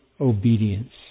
obedience